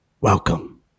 Welcome